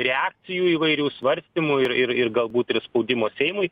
reakcijų įvairių svarstymų ir ir ir galbūt ir spaudimo seimui